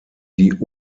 die